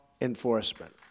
enforcement